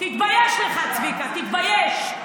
תתבייש לך, צביקה, תתבייש.